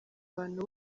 abantu